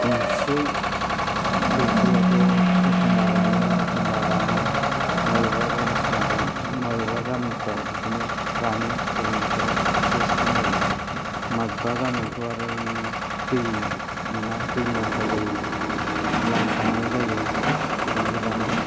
गंसे दैखलावथ' एखम्बा रानो एखम्बा राना माबेबा बायदिसिना माबेबा गामिफोराव बिदिनो रानो गोलोम बोथोराव एसे सिखोन जायो माबेबा गामियावथ' आरो नोङो दै मोना दैनि आंखाल जायो लाइन थानांगौ जायो गोजान गोजानाव